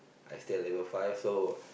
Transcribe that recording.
I stay at level five so